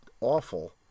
awful